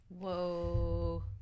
whoa